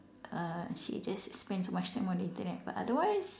uh she just spends too much time on the Internet but otherwise